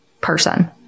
person